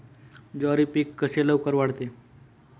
ज्वारी पीक कसे लवकर वाढते?